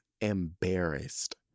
embarrassed